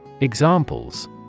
Examples